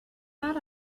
that